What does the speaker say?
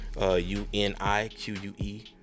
U-N-I-Q-U-E